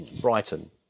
Brighton